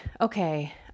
okay